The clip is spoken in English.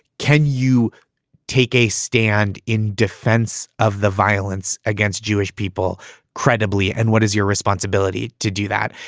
can you take a stand in defense of the violence against jewish people credibly? and what is your responsibility to do that?